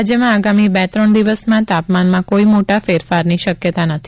રાજ્યમાં આગામી બે ત્રણ દિવસમાં તાપમાનમાં કોઈ મોટા ફેરફારની શક્યતા નથી